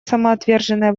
самоотверженное